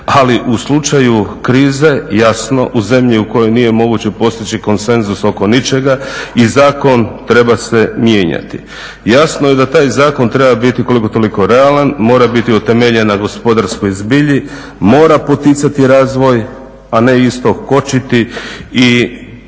ali u slučaju krize jasno u zemlji u kojoj nije moguće postići konsenzus oko ničega i zakon treba se mijenjati. Jasno je da taj zakon treba biti koliko toliko realan, mora biti utemeljen na gospodarskoj zbilji, mora poticati razvoj, a ne isto kočiti i